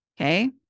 Okay